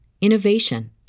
innovation